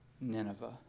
Nineveh